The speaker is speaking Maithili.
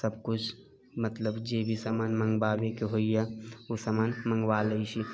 सबकुछ मतलब जे भी समान मंगबाबै के होइ यऽ ओ समान मंगबा लै छी